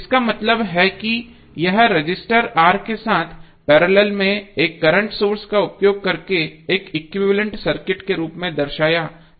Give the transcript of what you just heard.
इसका मतलब है कि यह रजिस्टर R के साथ पैरेलल में एक करंट सोर्स का उपयोग करके एक इक्विवेलेंट सर्किट के रूप में दर्शाया जा सकता है